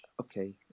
Okay